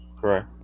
Correct